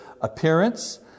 appearance